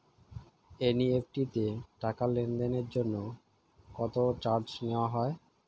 NEFT তে টাকা লেনদেনের জন্য কত চার্জ নেয়া হয়?